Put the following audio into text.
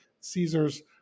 caesars